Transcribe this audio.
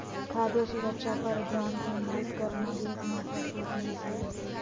खाद्य सुरक्षा पर ध्यान केंद्रित करना भी एक महत्वपूर्ण विषय हय